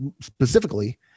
specifically